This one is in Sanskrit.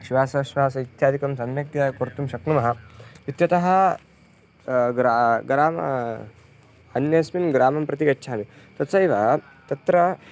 श्वासोछ्वासम् इत्यादिकं सम्यक्तया कुर्तुं शक्नुमः इत्यतः ग्रा ग्रामः अन्यस्मिन् ग्रामं प्रति गच्छामि तथैव तत्र